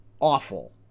awful